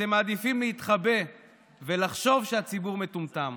אתם מעדיפים להתחבא ולחשוב שהציבור מטומטם.